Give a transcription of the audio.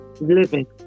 Living